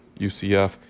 UCF